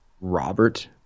Robert